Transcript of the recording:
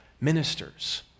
ministers